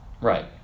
right